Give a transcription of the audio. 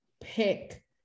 pick